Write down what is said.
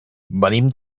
venim